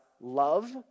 love